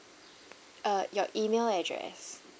uh your email address